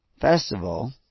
festival